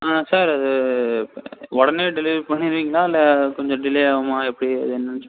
ஆ sir அது உடனே delivery பண்ணிடுவிங்களா இல்லை கொஞ்சம் டிலே ஆகுமா எப்படி அது என்னன்னு சொ